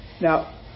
Now